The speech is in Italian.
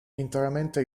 interamente